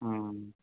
हुँ